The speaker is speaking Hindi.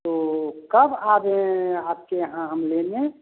तो कब आएँ आपके यहाँ हम लेने